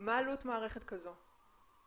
מה עלות מערכת כזו?